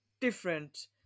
different